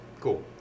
Cool